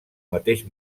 mateix